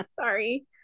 sorry